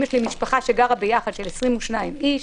אם יש משפחה שגרה ביחד של 22 איש,